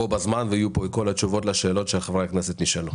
בזמן ויהיו פה כל התשובות לשאלות שחברי הכנסת שאלו.